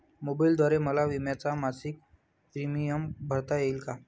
मोबाईलद्वारे मला विम्याचा मासिक प्रीमियम भरता येईल का?